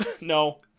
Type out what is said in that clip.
No